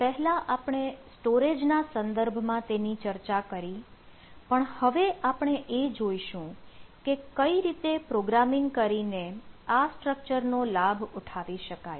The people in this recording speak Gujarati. પહેલા આપણે સ્ટોરેજ ના સંદર્ભમાં તેની ચર્ચા કરી પણ હવે આપણે એ જોઈશું કે કઈ રીતે પ્રોગ્રામિંગ કરી ને આ સ્ટ્રક્ચર નો લાભ ઉઠાવી શકાય